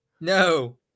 No